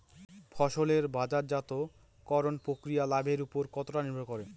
ফসলের বাজারজাত করণ প্রক্রিয়া লাভের উপর কতটা নির্ভর করে?